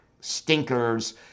stinkers